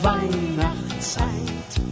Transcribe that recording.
Weihnachtszeit